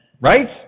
Right